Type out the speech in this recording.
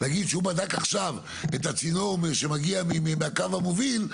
ולהגיד שהוא בדק עכשיו את הצינור שמגיע מהקו המוביל,